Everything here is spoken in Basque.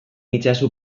itzazu